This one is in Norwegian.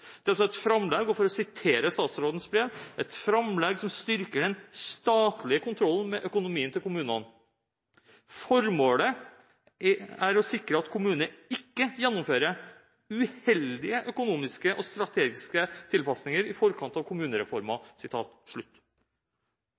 Det er gjort et framlegg som, for å sitere fra høringsnotatet, «styrker den statlege kontrollen med økonomien til kommunane. Føremålet er å sikre at kommunane ikkje gjennomfører uheldige økonomiske og strategiske tilpassingar i forkant av kommunereforma.»